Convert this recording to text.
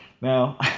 Now